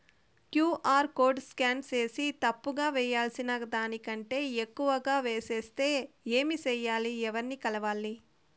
QR code scan సేసి తప్పు గా వేయాల్సిన దానికంటే ఎక్కువగా వేసెస్తే ఏమి సెయ్యాలి? ఎవర్ని కలవాలి?